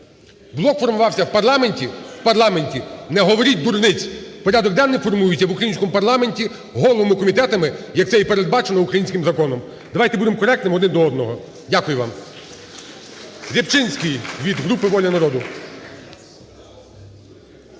Блок формувався в парламенті? В парламенті. Не говоріть дурниць, порядок денний формується в українському парламенті головами комітетів, як це передбачено українським законом. Давайте будемо коректними один до одного. Дякую вам.